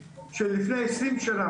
שלפני 20 שנים,